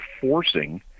forcing